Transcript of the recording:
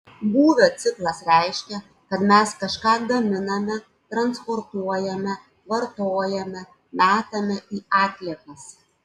būvio ciklas reiškia kad mes kažką gaminame transportuojame vartojame metame į atliekas